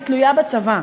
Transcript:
היא תלויה בצבא.